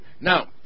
Now